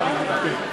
כן.